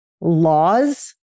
laws